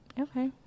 okay